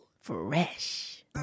Fresh